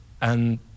And-